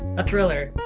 a thriller.